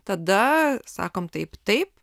tada sakom taip taip